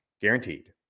guaranteed